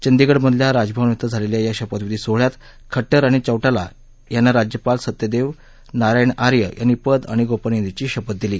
चंदीगड मधल्या राजभवन इथं झालेल्या या शपथविधी सोहळ्यात खट्टर आणि चौटाला यांना राज्यपाल सत्यदेव नारायण आर्य यांनी पद आणि गोपनीयतेची शपथ दिली